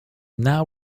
now